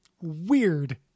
Weird